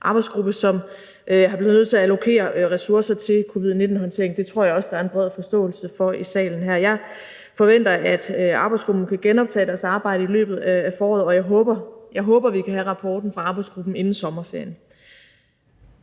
arbejdsgruppe, og som har været nødt til at allokere ressourcer til covid-19-håndteringen. Det tror jeg også der er en bred forståelse for i salen her. Jeg forventer, at arbejdsgruppen kan genoptage deres arbejde i løbet af foråret, og jeg håber, vi kan have rapporten fra arbejdsgruppen inden sommerferien.